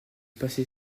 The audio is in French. passé